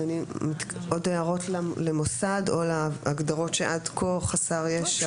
עוד הערות למוסד או להגדרות שקראנו עד כה - חסר ישע,